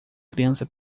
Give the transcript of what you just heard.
criança